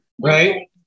Right